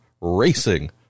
Racing